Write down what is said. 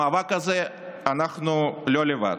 במאבק הזה אנחנו לא לבד.